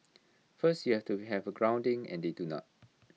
first you have to have A grounding and they do not